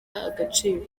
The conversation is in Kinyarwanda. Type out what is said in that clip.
agaciro